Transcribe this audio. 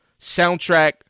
soundtrack